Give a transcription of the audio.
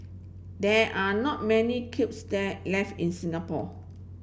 there are not many kilns that left in Singapore